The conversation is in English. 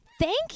Thank